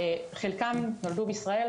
חלקם נולדו בישראל,